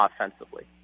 offensively